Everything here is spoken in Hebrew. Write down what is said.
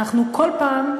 אנחנו כל פעם,